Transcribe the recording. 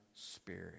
spirit